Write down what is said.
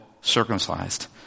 circumcised